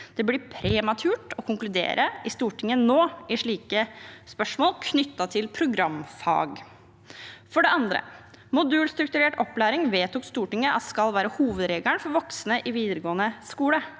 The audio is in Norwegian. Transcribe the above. Det blir prematurt å konkludere i Stortinget nå i spørsmål knyttet til programfag. For det andre: Modulstrukturert opplæring vedtok Stortinget at skal være hovedregelen for voksne i videregående skole.